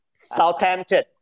Southampton